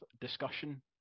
discussion